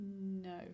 No